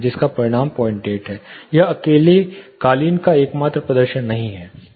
जिसका परिणाम इस 08 में है यह अकेले कालीन का एकमात्र प्रदर्शन नहीं है